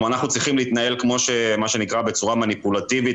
גם אנחנו צריכים להתנהל מה שנקרא בצורה מניפולטיבית,